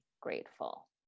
grateful